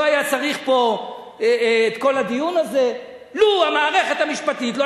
לא היה צריך פה את כל הדיון הזה לו המערכת המשפטית לא